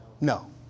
No